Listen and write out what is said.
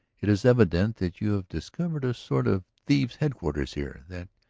it is evident that you have discovered a sort of thieves' headquarters here that,